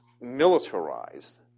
militarized